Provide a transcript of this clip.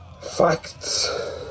Facts